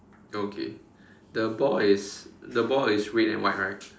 okay the ball is the ball is red and white right